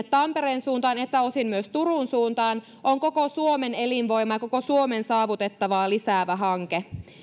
tampereen suuntaan että osin myös turun suuntaan on koko suomen elinvoimaa ja koko suomen saavutettavuutta lisäävä hanke